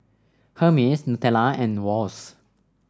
Hermes Nutella and Wall's